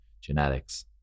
genetics